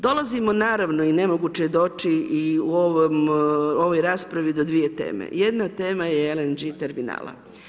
Dolazimo naravno i nemoguće je doći i u ovoj raspravi do dvije teme, jedna tema je LNG terminala.